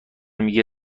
میگه